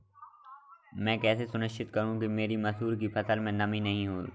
मैं कैसे सुनिश्चित करूँ कि मेरी मसूर की फसल में नमी नहीं है?